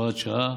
הכנסת) (הוראת שעה),